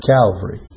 Calvary